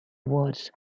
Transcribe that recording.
awards